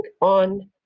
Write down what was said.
on